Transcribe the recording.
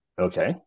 Okay